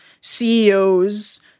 CEOs